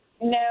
No